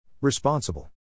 Responsible